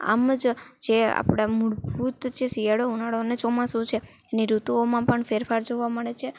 આમ જ જે આપણા મૂળભૂત જે શિયાળો ઉનાળો ને ચોમાસુ છે એની ઋતુઓમાં પણ ફેરફાર જોવાં મળે છે